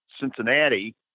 Cincinnati